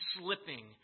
slipping